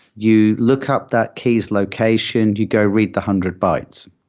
you look up that key's location, you go read the hundred bytes.